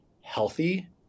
healthy